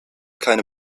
keine